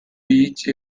beach